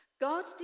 God